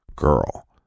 girl